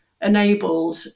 enabled